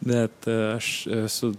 bet aš esu